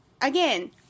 Again